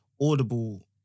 Audible